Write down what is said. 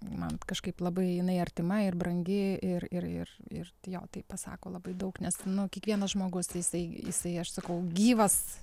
man kažkaip labai jinai artima ir brangi ir ir ir ir jo tai pasako labai daug nes nu kiekvienas žmogus jisai jisai aš sakau gyvas